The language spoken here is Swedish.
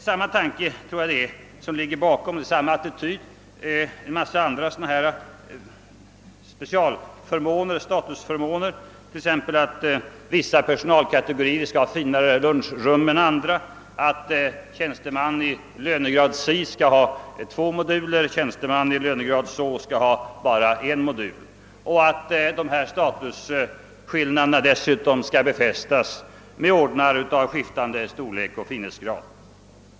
Samma tanke ligger bakom en massa andra statusförmåner, t.ex. att vissa personalkategorier måste ha finare lunchmatsalar än andra, att anställd i lönegrad si bör ha två moduler och anställd i lönegrad så en modul, och att dessa statusskillnader dessutom skall befästas med ordnar av skiftande storlek och finhetsgrad.